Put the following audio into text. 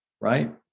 right